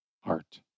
heart